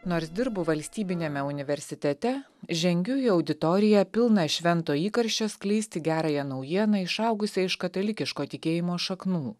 nors dirbu valstybiniame universitete žengiu į auditoriją pilną švento įkarščio skleisti gerąją naujieną išaugusią iš katalikiško tikėjimo šaknų